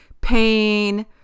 pain